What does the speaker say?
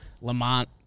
Lamont